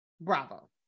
Bravo